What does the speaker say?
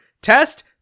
Test